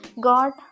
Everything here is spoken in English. God